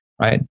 right